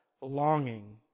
longing